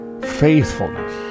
faithfulness